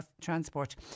transport